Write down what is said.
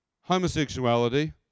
Homosexuality